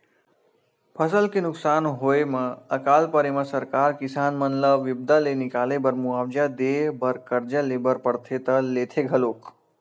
फसल के नुकसान होय म अकाल परे म सरकार किसान मन ल बिपदा ले निकाले बर मुवाजा देय बर करजा ले बर परथे त लेथे घलोक